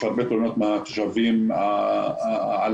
יש הרבה תלונות מהתושבים על המחירים.